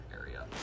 area